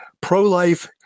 pro-life